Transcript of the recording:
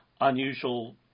unusual